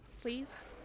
Please